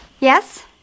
Yes